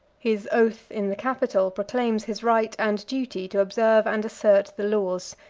his oath in the capitol proclaims his right and duty to observe and assert the laws,